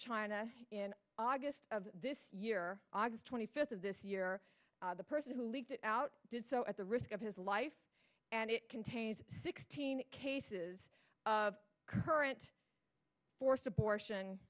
china in august of this year august twenty fifth of this year the person who leaked it out did so at the risk of his life and it contains sixteen cases of current forced abortion